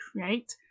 create